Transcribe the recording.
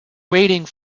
waiting